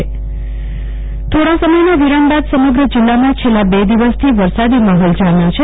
કલ્પના શાહ્ વીજળી થોડા સમયના વિરામ બાદ સમગ્ર જિલ્લામાં છેલ્લા બે દિવસથી વરસાદી માહોલ જામ્યો છે